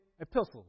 epistles